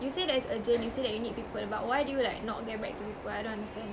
you say that it's urgent you say that you need people but why do you like not get back to people I don't understand